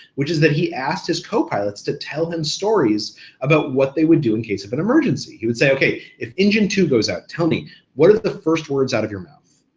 which is that he asked his co-pilots to tell him stories about what they would do in case of an emergency. he would say okay, if engine two goes out, tell me what are the first words out of your mouth?